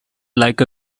like